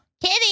Kitty